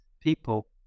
people